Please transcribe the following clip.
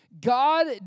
God